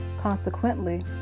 consequently